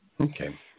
Okay